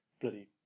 bloody